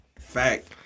fact